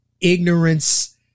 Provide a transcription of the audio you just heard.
ignorance